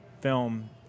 film